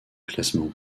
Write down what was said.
classement